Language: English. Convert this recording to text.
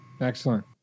Excellent